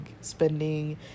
spending